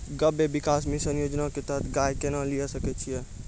गव्य विकास मिसन योजना के तहत गाय केना लिये सकय छियै?